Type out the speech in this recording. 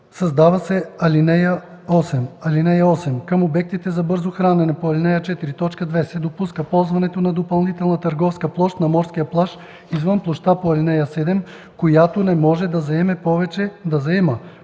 Създава се ал. 8: „(8) Към обектите за бързо хранене по ал. 4, т. 2 се допуска ползването на допълнителна търговска площ на морския плаж извън площта по ал. 7, която не може да заема повече от 2 на